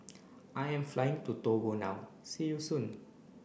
I am flying to Togo now see you soon